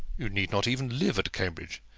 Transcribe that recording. you need not even live at cambridge.